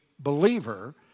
believer